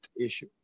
issue